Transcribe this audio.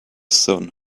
sun